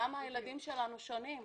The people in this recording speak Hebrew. למה הילדים שלנו שונים?